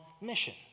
mission